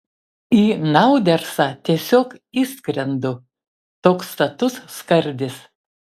į naudersą tiesiog įskrendu toks status skardis